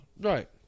Right